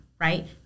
Right